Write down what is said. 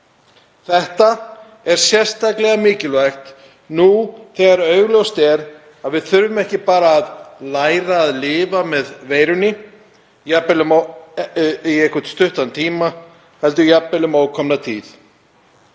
Þetta er sérstaklega mikilvægt nú þegar augljóst er að við þurfum ekki bara að læra að lifa með veirunni í einhvern stuttan tíma heldur jafnvel um ókomna tíð.